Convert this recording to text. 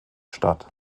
statt